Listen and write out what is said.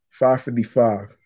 555